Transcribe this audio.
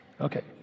Okay